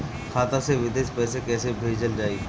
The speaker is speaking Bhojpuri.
खाता से विदेश पैसा कैसे भेजल जाई?